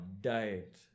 diet